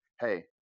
hey